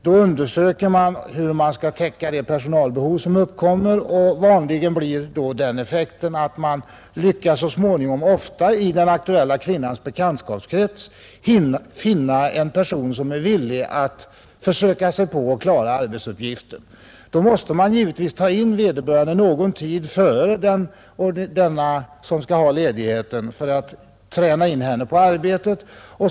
Då undersöker man hur man skall kunna täcka det personalbehov som uppkommer, och vanligen lyckas man så småningom, ofta i den aktuella kvinnans bekantskapskrets, finna en person som är villig att försöka klara arbetsuppgiften. Givetvis måste man ta in vederbörande någon tid innan den ifrågavarande ledigheten påbörjas för att man skall kunna träna in henne på arbetet.